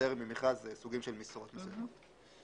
שפוטר ממכרז סוגים של משרות מסוימות.